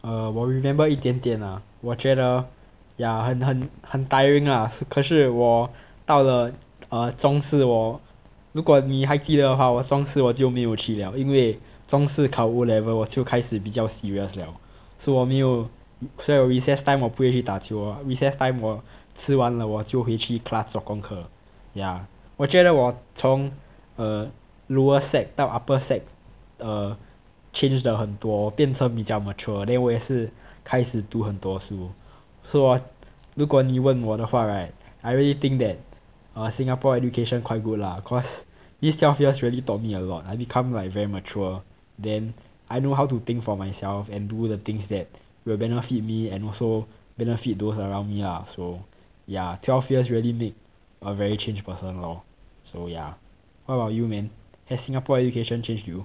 err 我 remember 一点点啊我觉得 yeah 很很很 tiring lah 可是我到了 err 中四我如果你还记得话我中四我就没有去了以为中四考 O level 我就开始比较 serious 了 so 我没有所以我 recess time 我不会去打球 lor recess time 我吃完了我就回去 class 做功课 ya 我觉得我从 lower sec 到 upper sec err change 得很多变成比较 mature then 我也是开始读很多书 so hor 如果你问我的话 right I really think that err singapore education quite good lah cause these twelve years really taught me a lot I become like very mature then I know how to think for myself and do the things that will benefit me and also benefit those around me ah so ya twelve years really make a very changed person lor so yeah what about you man has singapore education changed you